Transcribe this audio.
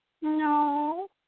no